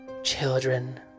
Children